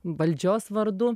valdžios vardu